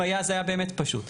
אם היה, זה היה באמת פשוט.